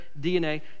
DNA